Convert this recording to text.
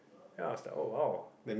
ya I was like oh !wow!